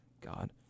God